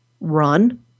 run